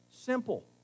simple